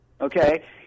okay